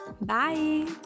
Bye